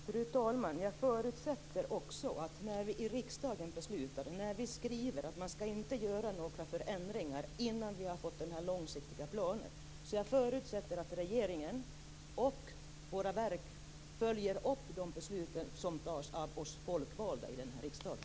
Fru talman! När vi i riksdagen skriver att man inte skall göra några förändringar innan vi har fått den långsiktiga planen förutsätter jag att regeringen och våra verk följer upp de beslut som tas av oss folkvalda i riksdagen.